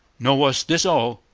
nor was this all.